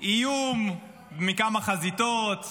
איום מכמה חזיתות,